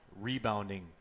rebounding